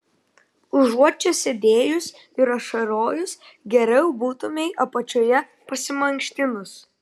užuot čia sėdėjus ir ašarojus geriau būtumei apačioje pasimankštinus